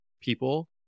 people